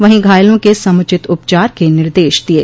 वहीं घायलों के समुचित उपचार के निर्देश दिये